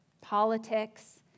politics